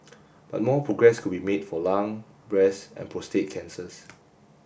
but more progress could be made for lung breast and prostate cancers